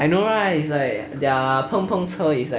I know right it's like their 碰碰车 is like